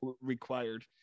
required